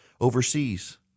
overseas